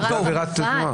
זו עבירת תנועה?